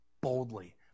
boldly